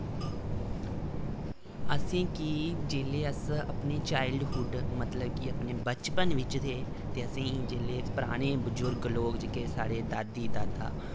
असें कि जेल्ले अस अपने चाइल्डहुड मतलब कि अपने बचपन बिच थे ते असें ई जेल्लै पराने बजुर्ग लोक जेह्के साढ़े दादी दादा